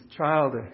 child